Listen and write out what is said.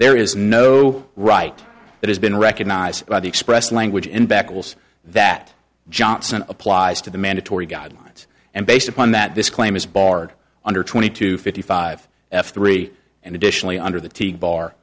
there is no right that has been recognized by the express language in beccles that johnson applies to the mandatory guidelines and based upon that this claim is barred under twenty two fifty five f three and additionally under the